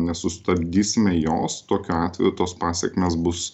nesustabdysime jos tokiu atveju tos pasekmės bus